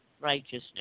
righteousness